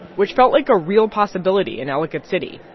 which felt like a real possibility in ellicott city.